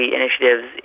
initiatives